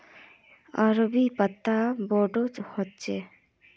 अरबी पत्ता बोडो होचे